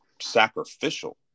sacrificial